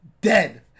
dead